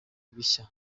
bishya